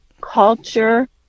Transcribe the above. culture